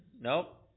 Nope